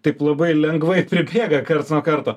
taip labai lengvai pribėga karts nuo karto